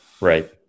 right